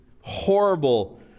horrible